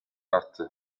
arttı